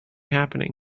happening